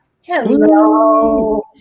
Hello